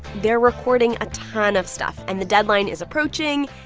they're recording a ton of stuff. and the deadline is approaching.